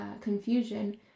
confusion